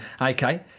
okay